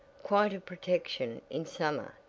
quite a protection in summer,